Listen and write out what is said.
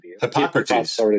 Hippocrates